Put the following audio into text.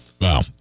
Wow